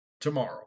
tomorrow